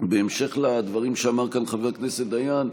בהמשך לדברים שאמר כאן חבר הכנסת דיין,